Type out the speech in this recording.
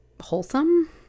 wholesome